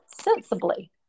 sensibly